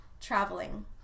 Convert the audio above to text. traveling